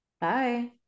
Bye